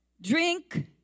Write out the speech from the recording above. Drink